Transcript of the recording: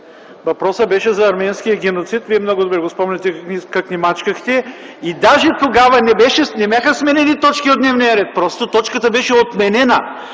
Въпросът беше за арменския геноцид, вие много добре си го спомняте – как ни мачкахте! И тогава не бяха сменени точки от дневния ред, а просто точката беше отменена.